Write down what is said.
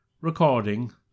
Recording